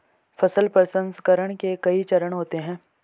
फसल प्रसंसकरण के कई चरण होते हैं